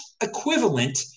equivalent